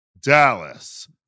Dallas